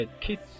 kids